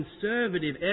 conservative